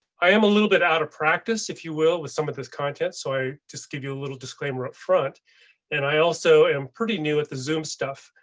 i am a little bit out of practice if you will, with some of this content. so i just give you a little disclaimer upfront and i also am pretty new at the zoom stuff.